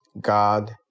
god